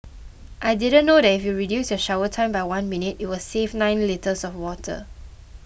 I didn't know that if you reduce your shower time by one minute it will save nine litres of water